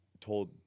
told